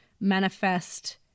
manifest